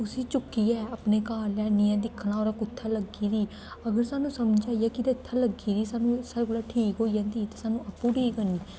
उस्सी चुकियै अपने घर लेआनियै दिक्खना उ'दै कुत्थै लगी दी अगर सानूं समझ आई गेआ कि इदै इत्थै लगी दी सानूं साढ़े कोला ठीक होई जंदी ते सानूं आपूं ठीक करनी